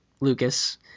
Lucas